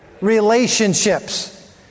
Relationships